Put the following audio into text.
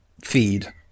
feed